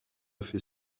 fait